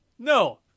No